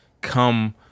come